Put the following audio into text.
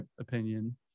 opinion